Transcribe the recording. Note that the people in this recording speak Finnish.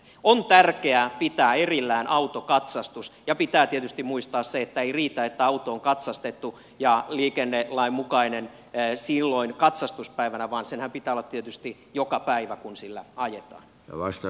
on tärkeää pitää erillään autokatsastus ja pitää tietysti muistaa se että ei riitä että auto on katsastettu ja liikennelain mukainen silloin katsastuspäivänä vaan senhän pitää olla tietysti joka päivä kun sillä ajetaan